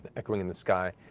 echoing in the sky.